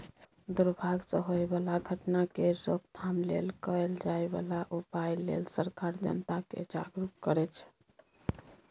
दुर्भाग सँ होए बला घटना केर रोकथाम लेल कएल जाए बला उपाए लेल सरकार जनता केँ जागरुक करै छै